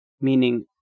meaning